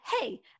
Hey